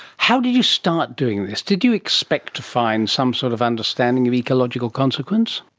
how did you start doing this? did you expect to find some sort of understanding of ecological consequence?